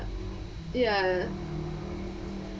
ya